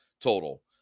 total